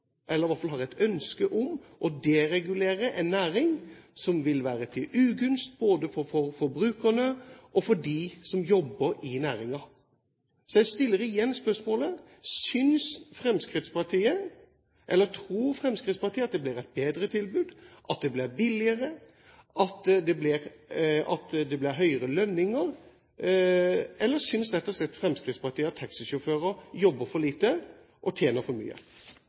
eller iallfall har et ønske om – å deregulere en næring som vil være til ugunst både for forbrukerne og for dem som jobber i næringen. Så jeg stiller igjen spørsmålet: Tror Fremskrittspartiet at det blir et bedre tilbud, at det blir billigere, at det blir høyere lønninger, eller synes rett og slett Fremskrittspartiet at taxisjåfører jobber for lite og tjener for mye?